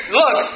look